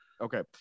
Okay